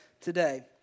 today